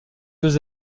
deux